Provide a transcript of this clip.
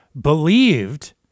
believed